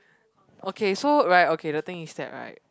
okay so right okay the thing is that right